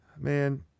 Man